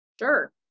Sure